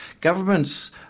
government's